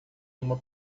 uma